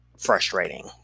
frustrating